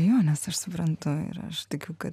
jo nes aš suprantu ir aš tikiu kad